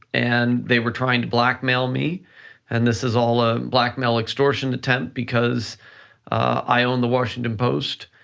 and they were trying to blackmail me and this is all a blackmail extortion attempt, because i own the washington post,